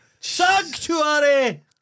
sanctuary